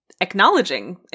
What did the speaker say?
Acknowledging